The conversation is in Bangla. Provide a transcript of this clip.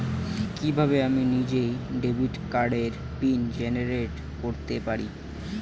কিভাবে আমি নিজেই ডেবিট কার্ডের পিন জেনারেট করতে পারি?